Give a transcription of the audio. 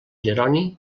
jeroni